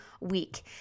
week